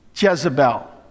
Jezebel